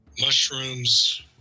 Mushrooms